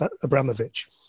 Abramovich